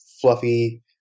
fluffy